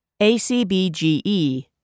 ACBGE